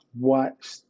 watch